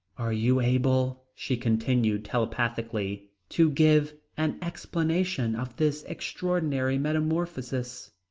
are you able, she continued telepathically, to give an explanation of this extraordinary metamorphosis?